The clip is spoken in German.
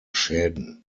schäden